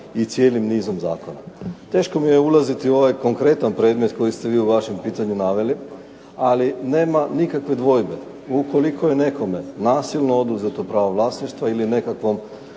i cijelim nizom zakona. Teško mi je ulaziti u ovaj konkretan predmet koji ste vi u vašem pitanju naveli, ali nema nikakve dvojbe ukoliko je nekome nasilno oduzeto pravno vlasništva ili nekakvom